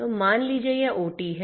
तो मान लीजिए यह ओटी है